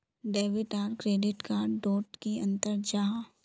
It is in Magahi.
डेबिट आर क्रेडिट कार्ड डोट की अंतर जाहा?